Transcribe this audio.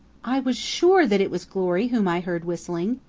i was sure that it was glory whom i heard whistling.